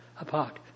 Apart